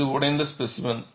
இது உடைந்த ஸ்பேசிமென்